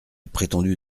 prétendue